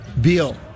Beal